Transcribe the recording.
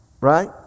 right